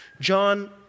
John